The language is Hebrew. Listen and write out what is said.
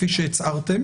כפי שהצהרתם